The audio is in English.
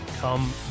come